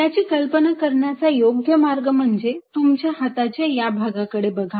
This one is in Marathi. याची कल्पना करण्याचा योग्य मार्ग म्हणजे तुमच्या हाताच्या या भागाकडे बघा